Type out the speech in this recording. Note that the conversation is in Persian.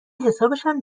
حسابشم